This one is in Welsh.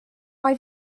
mae